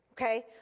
Okay